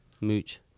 Mooch